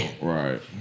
Right